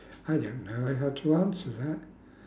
I don't know uh how to answer that